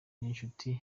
niyonshuti